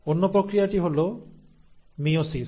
অন্য প্রক্রিয়াটি হল মিয়োসিস